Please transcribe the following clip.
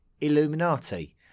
Illuminati